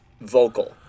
vocal